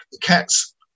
Cats